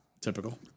Typical